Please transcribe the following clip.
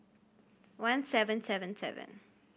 one seven seven seven